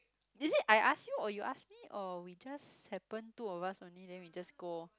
is it I ask you or you ask me or we just happen two of us only then we just go